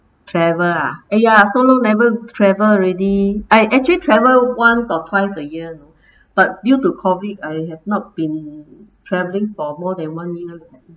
travel ah !aiya! so long never travel already I actually travel once or twice a year but due to COVID I have not been travelling for more than one year leh